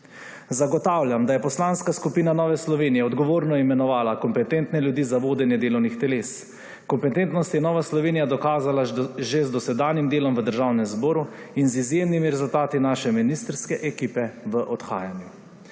Zagotavljam, da je Poslanska skupina Nova Slovenija odgovorno imenovala kompetentne ljudi za vodenje delovnih teles. Kompetentnost je Nova Slovenija dokazala že z dosedanjim delom v Državnem zboru in z izjemnimi rezultati naše ministrske ekipe v odhajanju.